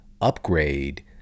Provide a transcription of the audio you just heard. upgrade